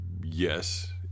yes